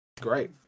Great